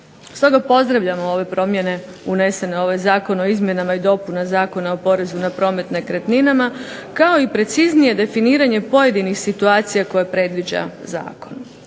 Stoga pozdravljamo ove promjene unesene u ovaj Zakon o izmjenama i dopuna Zakona o porezu na promet nekretninama, kao i preciznije definiranje pojedinih situacija koje predviđa zakon.